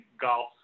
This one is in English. golf